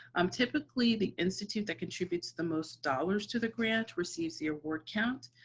um typically, the institute that contributes the most dollars to the grant receives the award count.